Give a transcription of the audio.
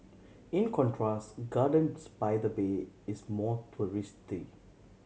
in contrast Gardens by the Bay is more touristy